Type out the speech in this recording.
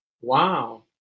Wow